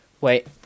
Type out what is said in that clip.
Wait